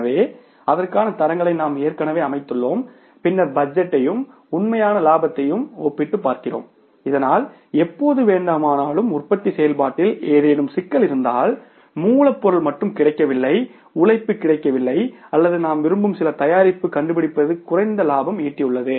எனவே அதற்கான தரங்களை நாம் ஏற்கனவே அமைத்துள்ளோம் பின்னர் பட்ஜெட்டையும் உண்மையான இலாபத்தையும் ஒப்பிட்டுப் பார்க்கிறோம் இதனால் எப்போது வேண்டுமானாலும் உற்பத்தி செயல்பாட்டில் ஏதேனும் சிக்கல் இருந்தால் மூலப்பொருள் மட்டும் கிடைக்கவில்லை உழைப்பு கிடைக்கவில்லை அல்லது நாம் விரும்பும் சில தயாரிப்பு கண்டுபிடிப்பது குறைந்த லாபம் ஈட்டியுள்ளது